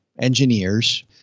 engineers